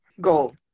goal